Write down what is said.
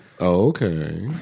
Okay